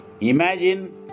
Imagine